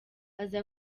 aza